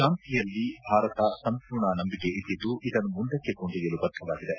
ಶಾಂತಿಯಲ್ಲಿ ಭಾರತ ಸಂಪೂರ್ಣ ನಂಬಿಕೆ ಇಟ್ಟಿದ್ದು ಇದನ್ನು ಮುಂದಕ್ಕೆ ಕೊಂಡೊಯ್ಕಲು ಬದ್ದವಾಗಿದೆ